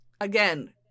Again